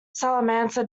salamanca